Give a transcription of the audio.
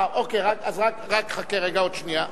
אז רק חכה רגע, עוד שנייה.